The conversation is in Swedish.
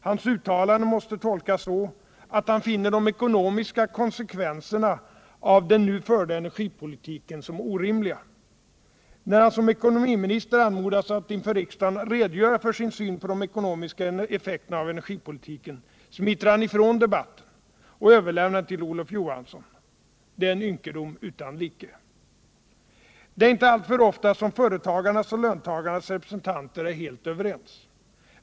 Hans uttalanden måste tolkas så att han finner de ekonomiska konsekvenserna av den nu förda energipolitiken orimliga. När han som ekonomiminister anmodas att inför riksdagen redogöra för sin syn på de ekonomiska effekterna av energipolitiken, smiter han ifrån debatten och överlämnar den till Olof Johansson. Det är en ynkedom utan like. Det är inte alltför ofta som företagarnas och löntagarnas representanter är helt överens.